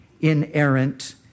inerrant